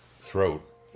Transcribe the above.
throat